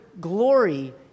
glory